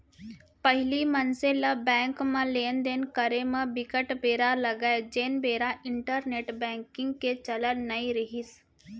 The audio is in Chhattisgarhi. पहिली मनसे ल बेंक म लेन देन करे म बिकट बेरा लगय जेन बेरा इंटरनेंट बेंकिग के चलन नइ रिहिस